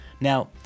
now